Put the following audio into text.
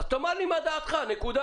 אז תאמר לי מה דעתך, נקודה